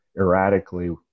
erratically